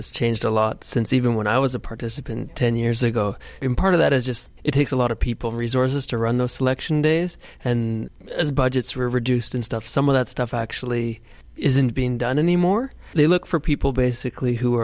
has changed a lot since even when i was a participant ten years ago in part of that is just it takes a lot of people resources to run their selection days and as budgets were reduced and stuff some of that stuff actually isn't being done anymore they look for people basically who